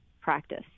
practice